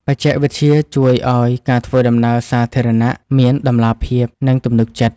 បច្ចេកវិទ្យាជួយឱ្យការធ្វើដំណើរសាធារណៈមានតម្លាភាព និងទំនុកចិត្ត។